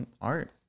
art